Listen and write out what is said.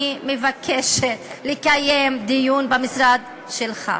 אני מבקשת לקיים דיון במשרד שלך.